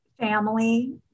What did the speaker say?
family